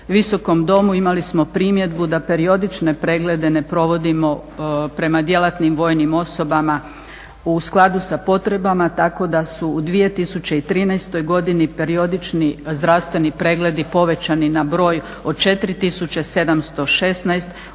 Visokom domu imali smo primjedbu da periodične preglede ne provodimo prema djelatnim vojnim osobama u skladu sa potrebama tako da su u 2013. godini periodični zdravstveni pregledi povećani na broj od 4716 u odnosu